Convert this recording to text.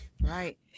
Right